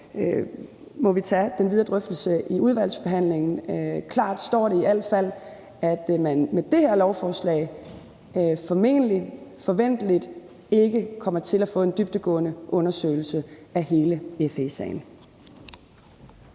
må vi tage den videre drøftelse i udvalgsbehandlingen. Klart står det i al fald, at man med det her lovforslag formentlig og forventeligt ikke kommer til at få en dybdegående undersøgelse af hele FE-sagen.